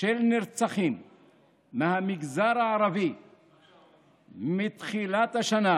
של נרצחים מהמגזר הערבי מתחילת השנה,